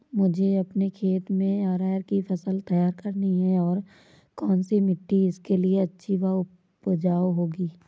मुझे अपने खेत में अरहर की फसल तैयार करनी है और कौन सी मिट्टी इसके लिए अच्छी व उपजाऊ होगी?